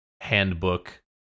handbook